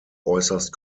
äußerst